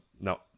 no